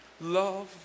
love